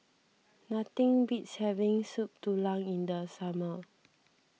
nothing beats having Soup Tulang in the summer